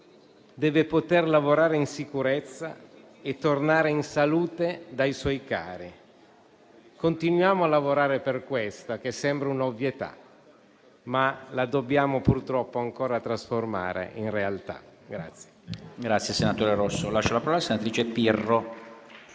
possa lavorare in sicurezza e tornare in salute dai suoi cari. Continuiamo a impegnarci per questa che sembra un'ovvietà, ma la dobbiamo purtroppo ancora trasformare in realtà.